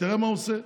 ותראה מה הוא עושה,